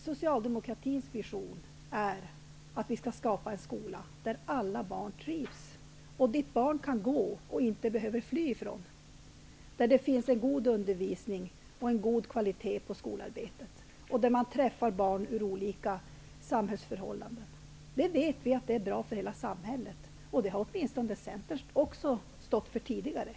Socialdemokratins vision är att skapa en skola där alla barn trivs och dit barnen kan gå och inte behöver fly ifrån, en skola med god undervisning och god kvalitet på skolarbetet, och där man träffar barn från olika samhällsförhållanden. Det är bra för hela samhället -- det vet vi. Även Centern har åtminstone tidigare stått för den uppfattningen.